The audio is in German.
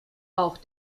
auch